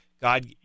God